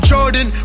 Jordan